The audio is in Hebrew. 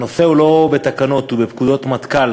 הנושא הוא לא בתקנות, הוא בפקודות מטכ"ל,